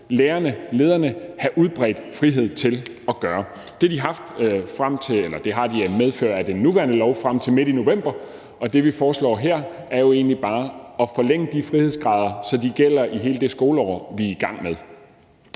lærerne og lederne have udbredt frihed til at gøre. Det har de i medfør af den nuværende lov frem til midt i november, og det, vi foreslår her, er jo egentlig bare at forlænge de frihedsgrader, så de gælder i hele det skoleår, vi er i gang med.